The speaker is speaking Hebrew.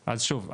אז שוב,